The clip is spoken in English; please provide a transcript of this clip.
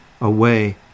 away